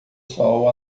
sol